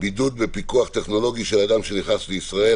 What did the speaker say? (בידוד בפיקוח טכנולוגי של אדם שנכנס לישראל),